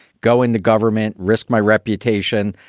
go in the government, risk my reputation.